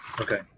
Okay